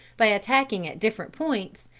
by attacking at different points,